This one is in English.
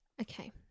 Okay